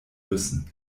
müssen